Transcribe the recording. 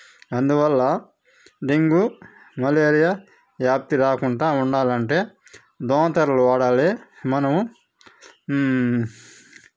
అందువల్ల dengue malaria వ్యాప్తి రాకుండా ఉండాలి అంటే దోమ తెరలు వాడాలి మనం